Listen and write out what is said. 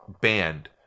banned